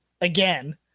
again